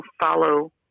follow